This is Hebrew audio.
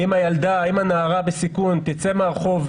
האם הנערה בסיכון תצא מהרחוב,